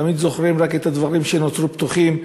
תמיד זוכרים רק את הדברים שנותרו פתוחים.